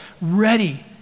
ready